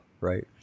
right